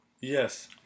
yes